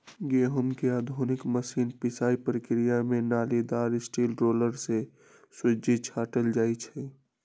गहुँम के आधुनिक मशीन पिसाइ प्रक्रिया से नालिदार स्टील रोलर से सुज्जी छाटल जाइ छइ